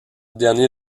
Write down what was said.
dernier